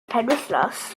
penwythnos